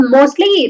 Mostly